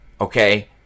okay